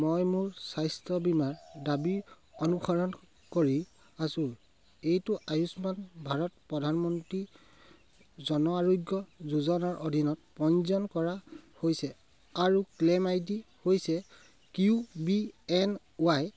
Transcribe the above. মই মোৰ স্বাস্থ্য বীমাৰ দাবী অনুসৰণ কৰি আছোঁ এইটো আয়ুষ্মান ভাৰত প্ৰধানমন্ত্ৰী জন আৰোগ্য যোজনাৰ অধীনত পঞ্জীয়ন কৰা হৈছে আৰু ক্লেইম আই ডি হৈছে কিউ বি এন ৱাই